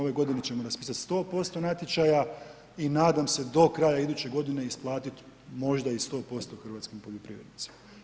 Ove godine ćemo raspisati 100% natječaja i nadam se do kraja iduće godine isplatit možda i 100% hrvatskim poljoprivrednicima.